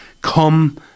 Come